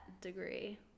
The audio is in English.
degree